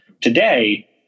Today